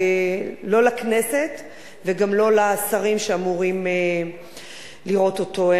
לא לכנסת וגם לא לשרים שאמורים לראותו אותו.